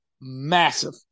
massive